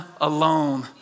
alone